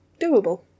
doable